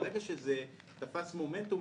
ברגע שזה תפס מומנטום,